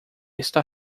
está